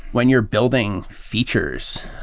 when you're building features,